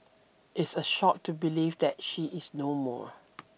it's a shock to believe that she is no more